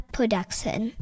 Production